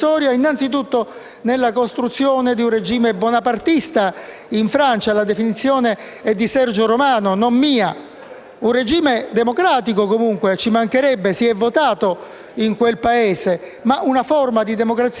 Un regime democratico, comunque - ci mancherebbe, si è votato in quel Paese - ma una forma di democrazia che i francesi non hanno conosciuto neppure sotto la Quinta Repubblica. La novità importante, però, è che le classi dirigenti francesi